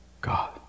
God